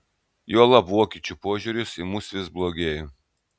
juolab vokiečių požiūris į mus vis blogėjo